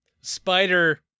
spider